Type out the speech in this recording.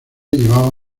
llevaba